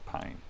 pain